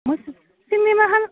মই চিনেমাখান